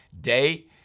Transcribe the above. Day